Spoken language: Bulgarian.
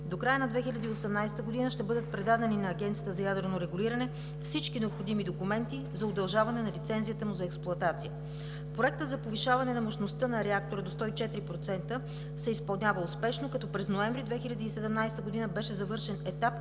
До края на 2018 г. ще бъдат предадени на Агенцията за ядрено регулиране всички необходими документи за удължаване на лицензията му за експлоатация. Проектът за повишаване на мощността на реактора до 104% се изпълнява успешно като през месец ноември 2017 г. беше завършен етап